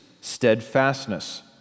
steadfastness